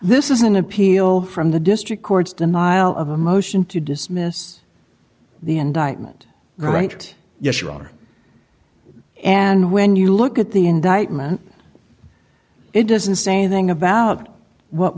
this is an appeal from the district courts denial of a motion to dismiss the indictment right yes you are and when you look at the indictment it doesn't say thing about what